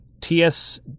TS